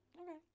Okay